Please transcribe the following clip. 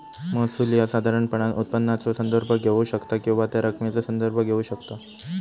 महसूल ह्या साधारणपणान उत्पन्नाचो संदर्भ घेऊ शकता किंवा त्या रकमेचा संदर्भ घेऊ शकता